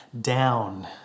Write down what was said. down